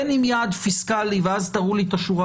בין אם יעד פיסקלי ואז תראו לי את השורה